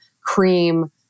cream